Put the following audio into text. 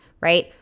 right